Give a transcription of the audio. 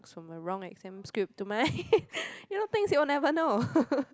from a wrong exam script to mine you know things you never know